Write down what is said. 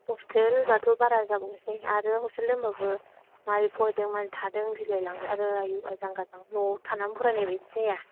hostel ब्लाथ' बारा जाबावसै आरो हस्टेल दोनबाबो माबोरै फरायदों माबोरै थादों गिलायलांथारो आयु आजां गाजां न'आव थानानै फरायनाय बायदि जाया